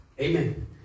Amen